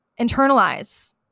internalize